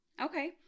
Okay